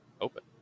open